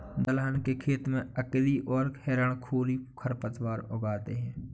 दलहन के खेत में अकरी और हिरणखूरी खरपतवार उग आते हैं